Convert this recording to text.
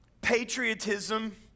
patriotism